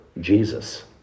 Jesus